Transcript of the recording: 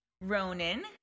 Ronan